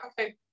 okay